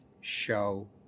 show